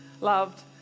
loved